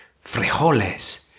frijoles